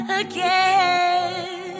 again